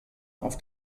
auf